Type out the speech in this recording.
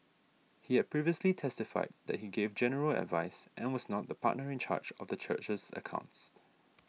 he had previously testified that he gave general advice and was not the partner in charge of the church's accounts